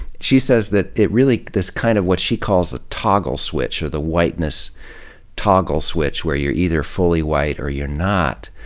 she says that it really, this kind of what she calls a toggle switch, or the whiteness toggle switch, where you're either fully white or you're not,